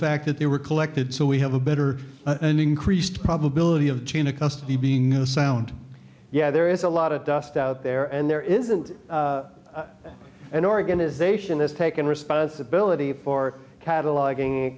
fact that they were collected so we have a better and increased probability of chain of custody being a sound yeah there is a lot of dust out there and there isn't an organization has taken responsibility for cataloging